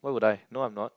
why would I no I'm not